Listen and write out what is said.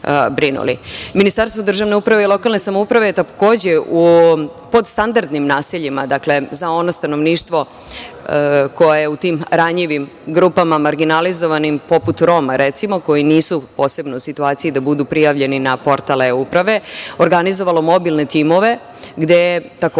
brinuli? Ministarstvo državne uprave i lokalne samouprave je takođe u podstandardnim naseljima, dakle, za ono stanovništvo koje je u tim ranjivim grupama, marginalizovanim, poput Roma, recimo, koji nisu posebno u situaciji da budu prijavljeni na portal e-uprave, organizovalo mobilne timove, gde takođe